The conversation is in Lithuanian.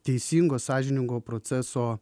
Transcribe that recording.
teisingo sąžiningo proceso